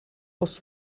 was